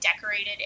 decorated